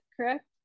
correct